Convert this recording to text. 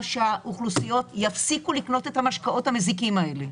שהאוכלוסיות יפסיקו לקנות את המשקאות המזיקים האלה,